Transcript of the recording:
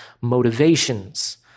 motivations